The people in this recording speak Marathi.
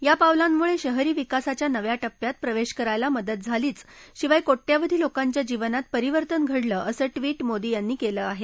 या पावलांमुळे शहरी विकासाच्या नव्या टप्प्यात प्रवेश करायला मदत झालीच शिवाय कोट्यावधी लोकांच्या जीवनात परिवर्तन घडलं असं ट्विट मोदी यांनी केलं आहे